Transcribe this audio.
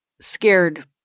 scared